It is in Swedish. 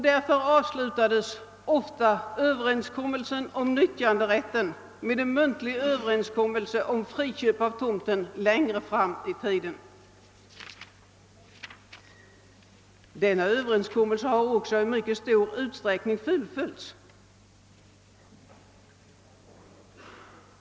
Därför avslutades ofta överenskommelsen om nyttjanderätten med en muntlig överenskommelse om friköp av tomten längre fram i tiden. Dessa överenskommelser har också i mycket stor utsträckning fullföljts.